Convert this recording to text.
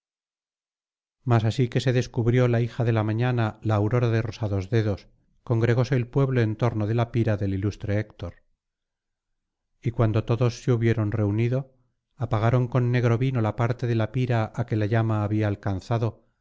mas así que se descubrió la hija de la mañana la aurora de rosados dedos congregóse el pueblo en torno de la pira del ilustre héctor y cuando todos se hubieron reunido apagaron con negro vino la parte de la pira á que la llama había alcanzado y